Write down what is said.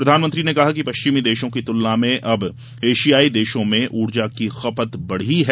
प्रधानमंत्री ने कहा कि पश्चिमी देशों की तुलना में अब एशियाई देशों में ऊर्जा की खपत बढ़ी है